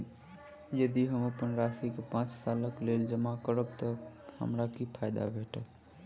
यदि हम अप्पन राशि केँ पांच सालक लेल जमा करब तऽ हमरा की फायदा भेटत?